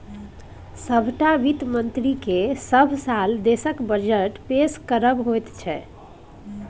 सभटा वित्त मन्त्रीकेँ सभ साल देशक बजट पेश करब होइत छै